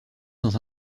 dans